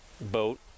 boat